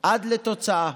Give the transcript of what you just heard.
עד לתוצאה